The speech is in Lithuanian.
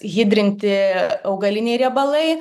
hidrinti augaliniai riebalai